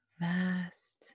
vast